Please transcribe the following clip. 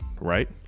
Right